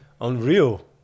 unreal